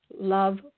love